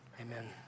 amen